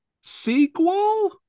sequel